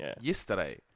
yesterday